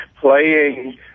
playing